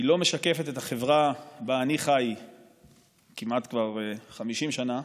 היא לא משקפת את החברה שבה אני חי כבר כמעט 50 שנה,